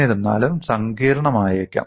എന്നിരുന്നാലും സങ്കീർണ്ണമായേക്കാം